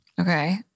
Okay